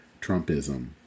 Trumpism